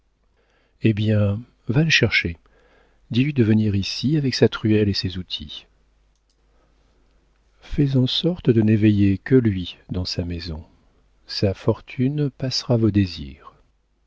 eh bien va le chercher dis-lui de venir ici avec sa truelle et ses outils fais en sorte de n'éveiller que lui dans sa maison sa fortune passera vos désirs